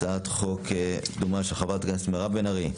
הצעת חוק דומה של חברת הכנסת מירב בן ארי,